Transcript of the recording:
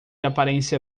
aparência